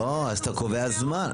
לא, אז אתה קובע זמן.